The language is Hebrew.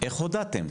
- איך הודעתם?